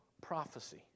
prophecy